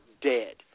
dead